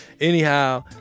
Anyhow